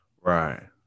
Right